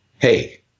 Hey